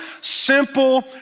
simple